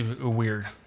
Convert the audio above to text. weird